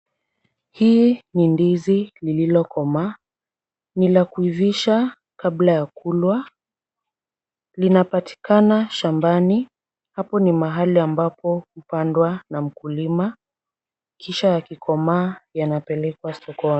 Hii ni ndizi lililokomaa. Ni la kuivisha kabla ya kulwa. Linapatikana shambani, hapo ni mahali ambapo hupandwa na mkulima, kisha yakikomaa yanapelekwa sokoni.